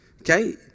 Okay